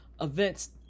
events